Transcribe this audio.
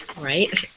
right